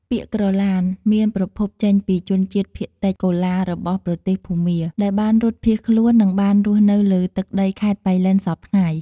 ពាក្យ "ក្រឡាន" មានប្រភពចេញពីជនជាតិភាគតិចកូឡារបស់ប្រទេសភូមា ដែលបានរត់ភៀសខ្លួន និងបានរស់នៅលើទឹកដីខេត្តប៉ៃលិនសព្វថ្ងៃ។